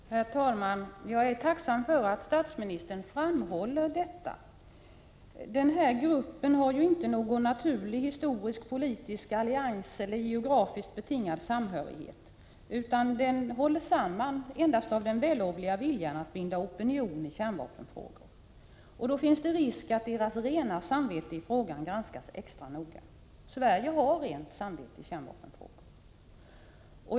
Herr talman! Jag är tacksam för att statsministern framhåller detta. Den här gruppen har ju ingen naturlig, historisk, politisk, allianspolitisk eller geografiskt betingad samhörighet, utan den hålls samman endast av den vällovliga viljan att bilda opinion i kärnvapenfrågan. Då finns risk att resp. lands rena samvete i frågan granskas extra noga. Sverige har ett rent samvete i kärnvapenfrågan.